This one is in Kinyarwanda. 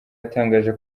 yatangaje